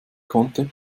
konnte